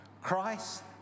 Christ